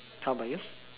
how about you